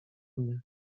mnie